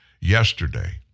yesterday